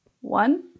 One